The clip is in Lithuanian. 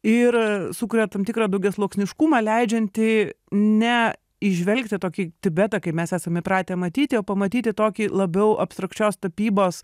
ir sukuria tam tikrą daugiasluoksniškumą leidžiantį ne įžvelgti tokį tibetą kaip mes esam įpratę matyti o pamatyti tokį labiau abstrakčios tapybos